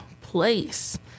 place